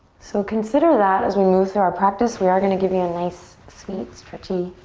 so consider that as we move through our practice, we are going to give you a nice, sweet, stretchy